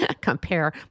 compare